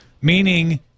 Meaning